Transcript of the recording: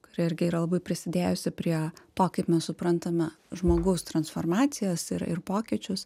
kuri irgi yra labai prisidėjusi prie to kaip mes suprantame žmogaus transformacijas ir ir pokyčius